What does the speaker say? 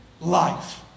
life